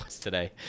today